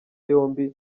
yombi